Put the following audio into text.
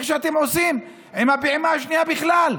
איך שאתם עושים עם הפעימה השנייה בכלל.